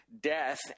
Death